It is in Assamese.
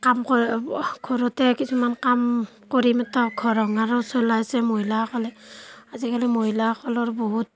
কাম ঘৰতে কিছুমান কাম কৰি মাত্ৰ ঘৰ সংসাৰখন চলাইছে মহিলাসকলে আজিকালি মহিলাসকলৰ বহুত